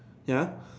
ya